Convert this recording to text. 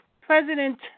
President